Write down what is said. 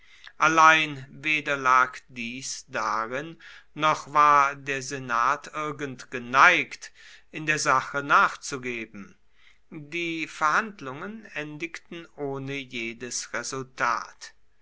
allein weder lag dies darin noch war der senat irgend geneigt in der sache nachzugeben die verhandlungen endigten ohne jedes resultat